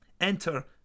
Enter